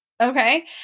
Okay